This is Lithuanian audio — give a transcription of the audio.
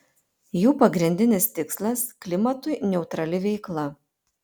jų pagrindinis tikslas klimatui neutrali veikla